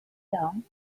down